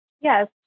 Yes